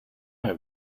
have